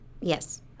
Yes